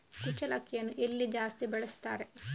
ಕುಚ್ಚಲಕ್ಕಿಯನ್ನು ಎಲ್ಲಿ ಜಾಸ್ತಿ ಬೆಳೆಸ್ತಾರೆ?